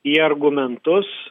į argumentus